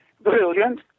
brilliant